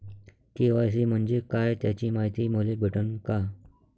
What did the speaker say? KYC म्हंजे काय त्याची मायती मले भेटन का?